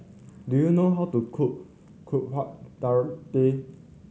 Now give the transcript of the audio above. do you know how to cook Kuih Dadar